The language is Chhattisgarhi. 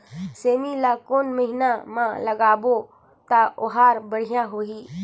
सेमी ला कोन महीना मा लगाबो ता ओहार बढ़िया होही?